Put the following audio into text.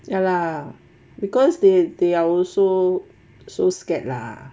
ya lah because they they are also so scared lah